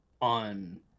On